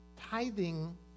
Tithing